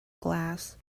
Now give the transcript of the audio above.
glass